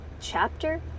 Chapter